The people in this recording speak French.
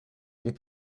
ont